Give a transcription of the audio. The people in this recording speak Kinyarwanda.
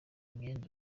imyenda